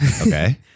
Okay